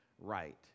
right